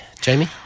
Jamie